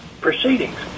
proceedings